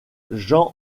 jean